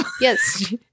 Yes